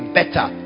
better